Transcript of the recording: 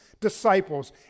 disciples